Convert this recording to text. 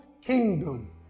kingdom